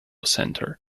centre